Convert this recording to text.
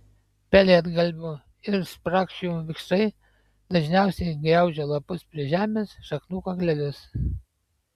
pelėdgalvių ir sprakšių vikšrai dažniausiai graužia lapus prie žemės šaknų kaklelius